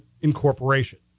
incorporation